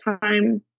time